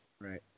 right